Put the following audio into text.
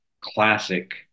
classic